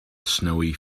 snowy